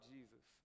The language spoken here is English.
Jesus